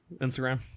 Instagram